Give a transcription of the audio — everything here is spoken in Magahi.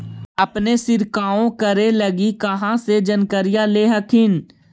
अपने छीरकाऔ करे लगी कहा से जानकारीया ले हखिन?